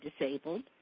disabled